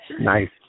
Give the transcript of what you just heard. Nice